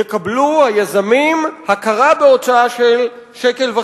יקבלו היזמים הכרה בהוצאה של 1.5 שקל.